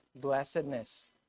blessedness